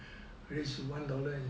reach one dollar and